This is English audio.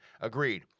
agreed